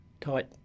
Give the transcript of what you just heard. tight